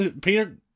Peter